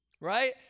right